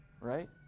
right